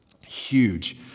Huge